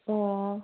ꯑꯣ